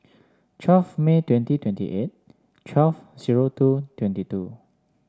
twelve May twenty twenty eight twelve zero two twenty two